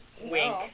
Wink